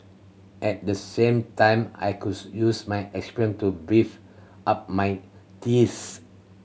at the same time I could use my experience to beef up my thesis